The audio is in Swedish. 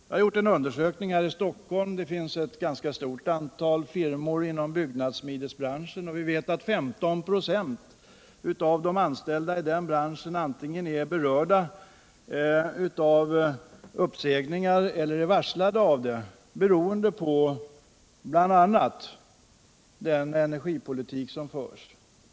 Jag har gjort en undersökning här i Stockholm som visar att det finns ett ganska stort antal firmor inom byggnadssmidesbranschen och att 15 96 av de anställda i den branschen antingen är berörda av uppsägningar eller varslade om uppsägning, beroende på bl.a. den energipolitik som förs.